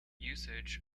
usage